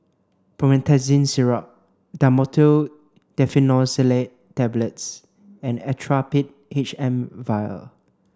Promethazine Syrup Dhamotil Diphenoxylate Tablets and Actrapid H M vial